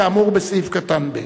כאמור בסעיף קטן (ב)".